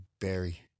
Barry